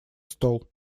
стол